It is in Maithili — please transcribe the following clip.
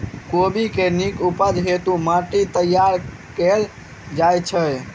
कोबी केँ नीक उपज हेतु माटि केँ कोना तैयार कएल जाइत अछि?